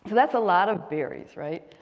that's a lot of berries right?